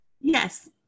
Yes